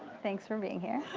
thanks for being here.